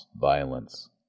violence